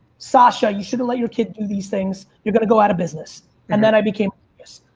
sasha you shouldn't let your kid do these things. you're going to go out of business. and then i became yes.